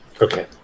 Okay